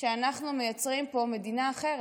שאנחנו מייצרים פה מדינה אחרת,